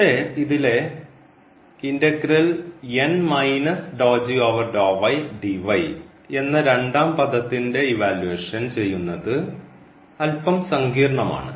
പക്ഷേ ഇതിലെ എന്ന രണ്ടാം പദത്തിൻറെ ഇവാലുവേഷൻ ചെയ്യുന്നത് അല്പം സങ്കീർണമാണ്